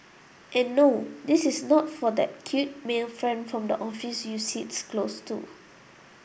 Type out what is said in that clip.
and no this is not for that cute male friend from the office you sits close to